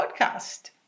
podcast